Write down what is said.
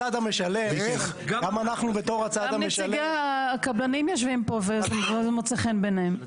בתור הצד המשלם --- גם נציגי הקבלנים יושבים פה וזה מוצא חן בעיניהם,